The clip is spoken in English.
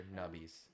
nubbies